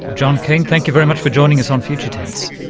but john keane, thank you very much for joining us on future tense.